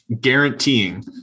guaranteeing